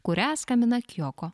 kurią skambina kioko